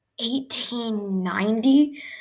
1890